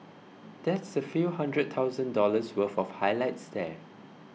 that's a few hundred thousand dollars worth of highlights there